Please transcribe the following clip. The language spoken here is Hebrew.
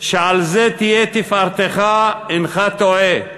שעל זה תהיה תפארתך, הנך טועה.